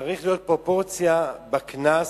צריכה להיות פרופורציה בקנס.